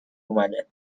اومده